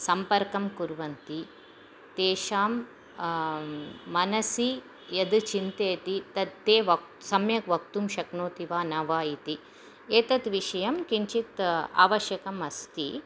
सम्पर्कं कुर्वन्ति तेषां मनसि यद् चिन्तयति तद् ते वक् सम्यक् वक्तुं शक्नोति वा न वा इति एतत् विषयं किञ्चित् आवश्यकम् अस्ति